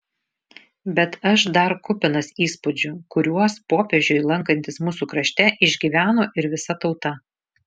bet aš dar kupinas įspūdžių kuriuos popiežiui lankantis mūsų krašte išgyveno ir visa tauta